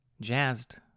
jazzed